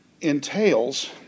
entails